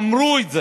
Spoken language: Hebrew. אמרו את זה.